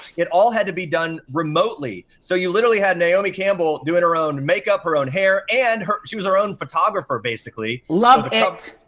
it all had to be done remotely. so, you literally had naomi campbell doing her own makeup, her own hair, and she was our own photographer, basically. love it.